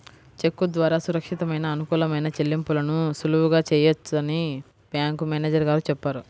చెక్కు ద్వారా సురక్షితమైన, అనుకూలమైన చెల్లింపులను సులువుగా చేయవచ్చని బ్యాంకు మేనేజరు గారు చెప్పారు